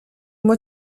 moi